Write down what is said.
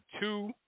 two